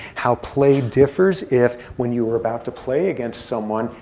how play differs if, when you are about to play against someone,